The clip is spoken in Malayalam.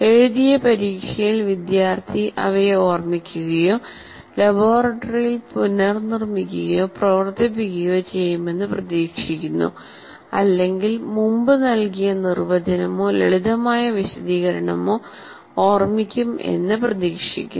എഴുതിയ പരീക്ഷയിൽ വിദ്യാർത്ഥി അവയെ ഓർമ്മിക്കുകയോ ലബോറട്ടറിയിൽ പുനർനിർമ്മിക്കുകയോ പ്രവർത്തിപ്പിക്കുകയോ ചെയ്യുമെന്ന് പ്രതീക്ഷിക്കുന്നു അല്ലെങ്കിൽ മുമ്പ് നൽകിയ നിർവചനമോ ലളിതമായ വിശദീകരണമോ ഓർമ്മിക്കും എന്ന് പ്രതീക്ഷിക്കുന്നു